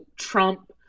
Trump